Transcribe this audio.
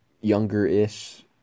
younger-ish